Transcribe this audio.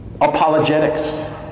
Apologetics